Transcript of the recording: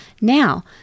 now